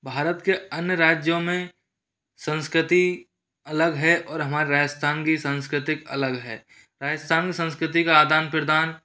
भारत के अन्य राज्यों में संस्कृति अलग है और हमारे राजस्थान की सांस्कृतिक अलग है राजस्थान में संस्कृत का आदान प्रदान